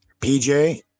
PJ